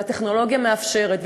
והטכנולוגיה מאפשרת,